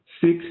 six